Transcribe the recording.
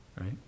Right